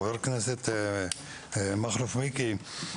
חבר הכנסת מיקי זוהר,